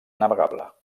navegable